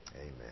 Amen